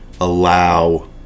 allow